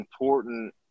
important